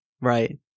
right